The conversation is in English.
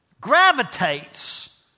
gravitates